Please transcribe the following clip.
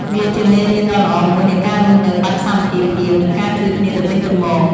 វាជាមេរៀនដ៏ល្អមួយនៃការរស់នៅបែបសាមគ្គីភាព និងការជួយគ្នាទៅវិញទៅមក។